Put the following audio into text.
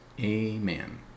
Amen